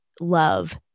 love